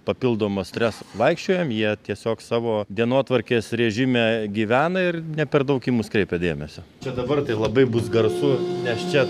papildomo streso vaikščiojam jie tiesiog savo dienotvarkės režime gyvena ir ne per daug į mus kreipia dėmesio čia dabar tai labai bus garsu nes čia